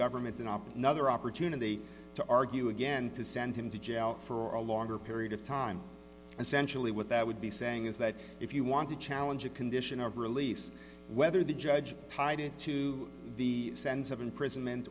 government then up another opportunity to argue again to send him to jail for a longer period of time essentially what that would be saying is that if you want to challenge a condition of release whether the judge tied it to the sense of imprisonment